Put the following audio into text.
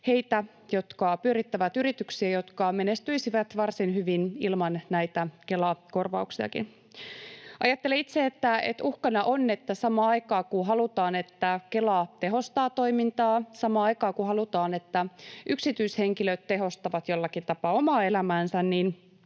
heitä, jotka pyörittävät yrityksiä, jotka menestyisivät varsin hyvin ilman näitä Kela-korvauksiakin. Ajattelen itse, että uhkana on, että samaan aikaan, kun halutaan, että Kela tehostaa toimintaa, samaan aikaan, kun halutaan, että yksityishenkilöt tehostavat jollakin tapaa omaa elämäänsä,